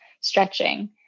stretching